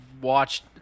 watched